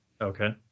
Okay